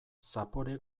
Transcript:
zapore